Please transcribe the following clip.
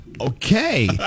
okay